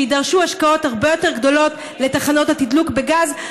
ויידרשו השקעות הרבה יותר גדולות לתחנות התדלוק בגז.